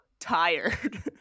tired